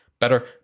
Better